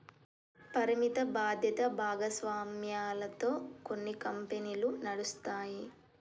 పరిమిత బాధ్యత భాగస్వామ్యాలతో కొన్ని కంపెనీలు నడుస్తాయి